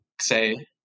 say